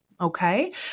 okay